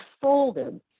folded